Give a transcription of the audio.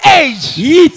age